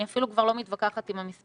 אני אפילו כבר לא מתווכחת עם המספרים,